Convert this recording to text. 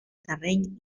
terreny